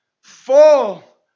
Fall